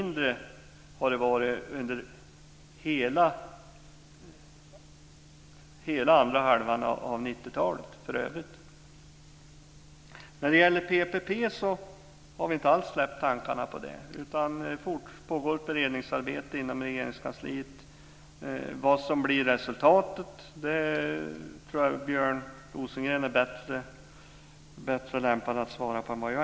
Under den övriga delen av 90-talets senare hälft har ni haft mindre pengar än vi. Vi har inte alls släppt tankarna på PPP. Vad som blir resultatet av vårt beredningsarbete i Regeringskansliet tror jag att Björn Rosengren är bättre lämpad att svara på än jag.